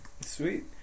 Sweet